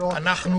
אנחנו